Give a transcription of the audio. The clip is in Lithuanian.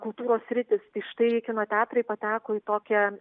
kultūros sritys tai štai kino teatrai pateko į tokią